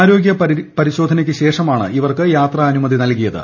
ആരോഗ്യ പരിശോധനയ്ക്ക് ശേഷമാണ് ഇവർക്ക് യാത്രാനുമതി നൽകിയത്